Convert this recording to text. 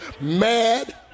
Mad